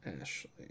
Ashley